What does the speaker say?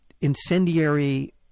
incendiary